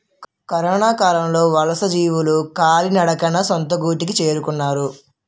కరొనకాలంలో వలసజీవులు కాలినడకన సొంత గూటికి చేరుకున్నారు